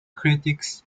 critics